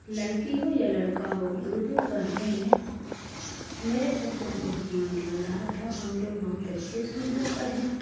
لڑکی ہو یا لڑکا ہو اردو پڑھنے میں میرے سب کو تو بہت مند لگ رہا تھا ہم لوگ بہت اچھے سے اردو پڑھے